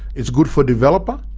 it's good for developer,